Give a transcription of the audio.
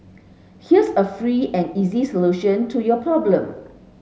here's a free and easy solution to your problem